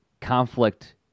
conflict